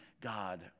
God